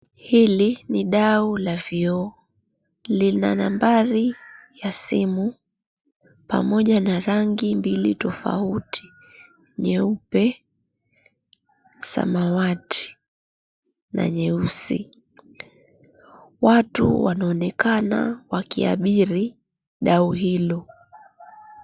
Hili ni dau la vioo lina nambari ya simu pamoja na rangi mbili tofauti: nyeupe, samawati na nyeusi. Watu wanaonekana wakiliabiri dau hilo.